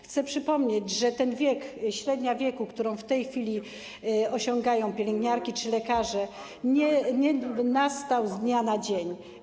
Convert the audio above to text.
Chcę przypomnieć, że średnia wieku, którą w tej chwili osiągają pielęgniarki czy lekarze, nie nastała z dnia na dzień.